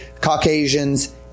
Caucasians